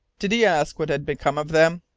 did he ask what had become of them?